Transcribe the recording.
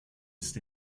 ist